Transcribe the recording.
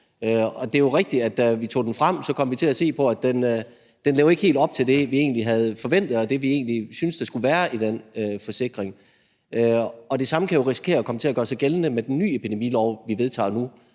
– det er jo helt rigtigt – når man tager den frem og kommer til at se på den, ikke helt lever op til det, man egentlig havde forventet, og det, man egentlig syntes der skulle være i den forsikring. Og det samme kan jo risikere at komme til at gøre sig gældende med den nye epidemilov, vi vedtager nu,